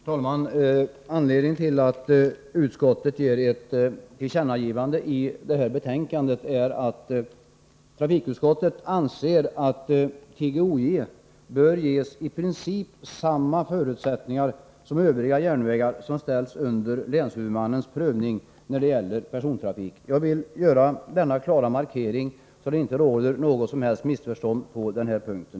Herr talman! Anledningen till att utskottet ger ett tillkännagivande i detta betänkande är att trafikutskottet anser att TGOJ i princip bör ges samma förutsättningar som övriga järnvägar som ställs under länshuvudmannens prövning när det gäller persontrafik. Jag vill göra denna klara markering för att det inte skall råda något som helst missförstånd på denna punkt.